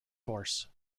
force